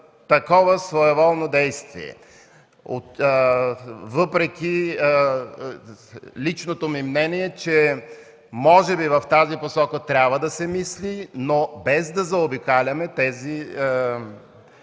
такова своеволно действие – въпреки личното ми мнение, че може би в тази посока трябва да се мисли, но без да заобикаляме тези